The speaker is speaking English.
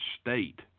State